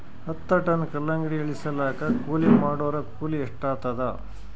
ಹತ್ತ ಟನ್ ಕಲ್ಲಂಗಡಿ ಇಳಿಸಲಾಕ ಕೂಲಿ ಮಾಡೊರ ಕೂಲಿ ಎಷ್ಟಾತಾದ?